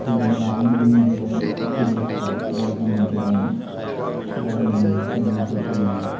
थुलुंगानायजों जोंनि गोबां स्टुडेन्डसफ्रा बा जोंनि गोबां गामिनि गामि ओनसोलफोरनि